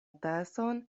tason